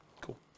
Cool